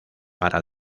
para